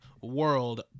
world